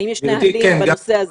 האם יש התייחסות לנושא הזה?